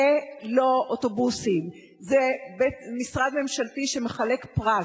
זה לא אוטובוסים, זה משרד ממשלתי שמחלק פרס,